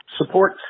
support